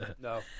no